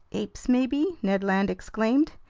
apes maybe? ned land exclaimed.